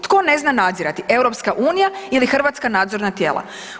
Tko ne zna nadzirati EU ili hrvatska nadzorna tijela?